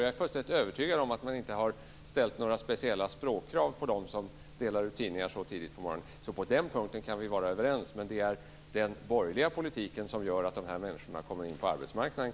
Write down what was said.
Jag är fullständigt övertygad om att man inte har ställt några speciella språkkrav på dem som delar ut tidningar så tidigt på morgonen. På den punkten kan vi vara överens. Men det är den borgerliga politiken som gör att de här människorna kommer in på arbetsmarknaden,